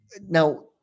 now